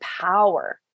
power